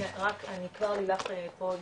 כבר לילך פה תתייחס,